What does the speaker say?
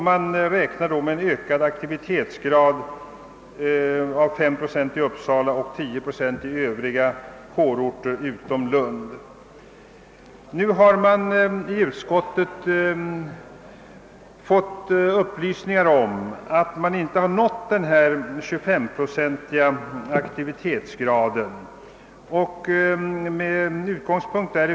Man räknar då med en ökad aktivitetsgrad på 5 procent i Nu har utskottet blivit upplyst om att denna 25-procentiga aktivitetsgrad inte har uppnåtts.